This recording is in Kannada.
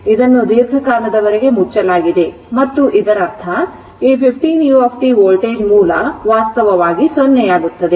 ಇದನ್ನು ದೀರ್ಘಕಾಲದವರೆಗೆ ಮುಚ್ಚಲಾಗಿದೆ ಮತ್ತು ಇದರರ್ಥ ಈ 15 u ವೋಲ್ಟೇಜ್ ಮೂಲ ವಾಸ್ತವವಾಗಿ 0 ಆಗುತ್ತಿದೆ